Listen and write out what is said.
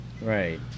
right